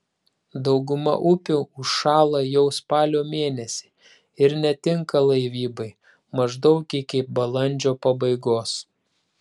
dauguma upių užšąla jau spalio mėnesį ir netinka laivybai maždaug iki balandžio pabaigos